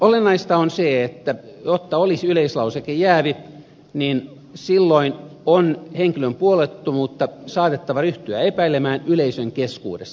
olennaista on se että jotta olisi yleislausekejäävi silloin on henkilön puolueettomuutta saatettava ryhtyä epäilemään yleisön keskuudessa